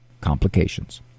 complications